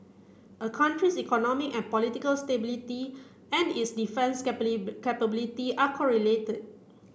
a country's economic and political stability and its defence capability are correlated